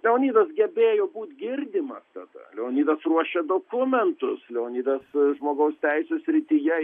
leonidas gebėjo būt girdimas tada leonido ruošė dokumentus leonidas žmogaus teisių srityje